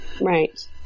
Right